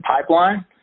pipeline